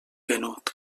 venut